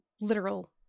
literal